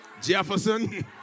Jefferson